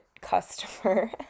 customer